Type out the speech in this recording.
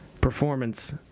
performance